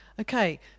Okay